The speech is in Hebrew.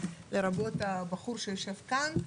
לרבות הבחור שיושב כאן,